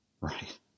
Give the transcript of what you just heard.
Right